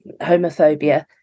homophobia